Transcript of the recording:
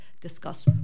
discuss